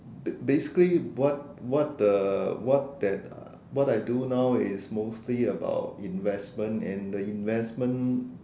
bas~ basically what what uh what that I do now is mostly about investment and the investment